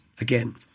again